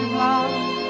love